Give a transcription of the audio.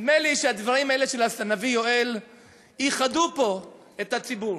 נדמה לי שהדברים האלה של הנביא יואל איחדו פה את הציבור.